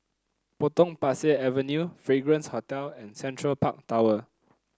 Potong Pasir Avenue Fragrance Hotel and Central Park Tower